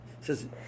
says